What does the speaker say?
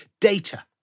Data